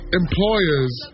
employers